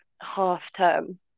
half-term